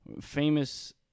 famous